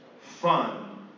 fun